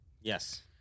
Yes